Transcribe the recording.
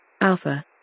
Alpha